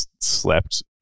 slept